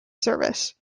service